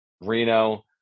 Reno